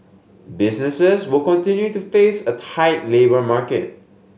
businesses will continue to face a tight labour market